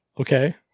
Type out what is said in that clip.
Okay